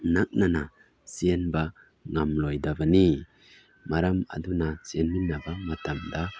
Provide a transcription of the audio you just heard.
ꯅꯛꯅꯅ ꯆꯦꯟꯕ ꯉꯝꯂꯣꯏꯗꯕꯅꯤ ꯃꯔꯝ ꯑꯗꯨꯅ ꯆꯦꯟꯃꯤꯟꯅꯕ ꯃꯇꯝꯗ